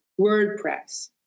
WordPress